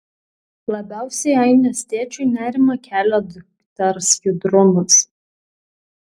labiausiai ainės tėčiui nerimą kelia dukters judrumas